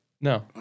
No